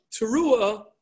teruah